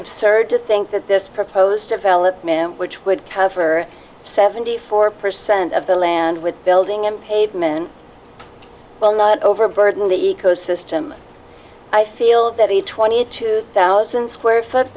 some surge to think that this proposed development which would cover seventy four percent of the land with building and pavement well not overburden the eco system i feel that a twenty two thousand square foot